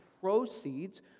proceeds